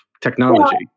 technology